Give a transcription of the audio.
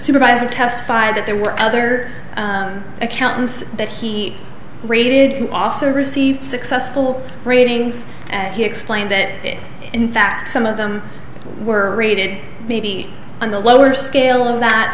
supervisor testified that there were other accountants that he rated officer received successful ratings and he explained that in fact some of them were rated maybe on the lower scale of that